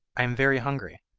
i am very hungry.